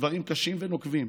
דברים קשים ונוקבים,